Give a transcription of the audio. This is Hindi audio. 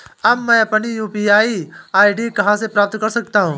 अब मैं अपनी यू.पी.आई आई.डी कहां से प्राप्त कर सकता हूं?